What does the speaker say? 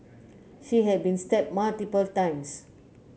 she had been stabbed multiple times